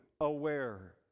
aware